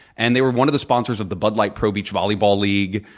and they were one of the sponsors of the bud light pro beach volleyball league.